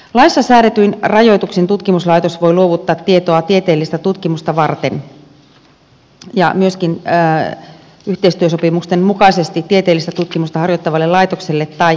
laissa säädetyin rajoituksin tutkimuslaitos voi luovuttaa tietoa tieteellistä tutkimusta varten ja myöskin yhteistyösopimusten mukaisesti tieteellistä tutkimusta harjoittavalle laitokselle tai yhteisölle